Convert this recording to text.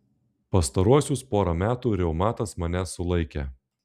pastaruosius porą metų reumatas mane sulaikė